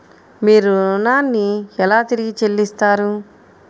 మీరు ఋణాన్ని ఎలా తిరిగి చెల్లిస్తారు?